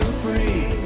free